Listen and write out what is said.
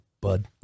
bud